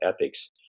ethics